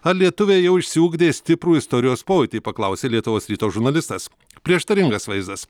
ar lietuviai jau išsiugdė stiprų istorijos pojūtį paklausė lietuvos ryto žurnalistas prieštaringas vaizdas